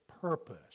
purpose